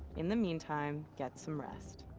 in the meantime. get some rest.